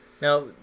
Now